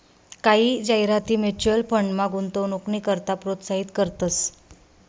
कायी जाहिराती म्युच्युअल फंडमा गुंतवणूकनी करता प्रोत्साहित करतंस